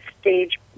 stage